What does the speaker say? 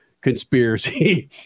conspiracy